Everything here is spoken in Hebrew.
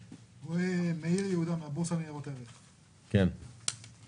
מאיר, הבורסה לניירות ערך, בבקשה,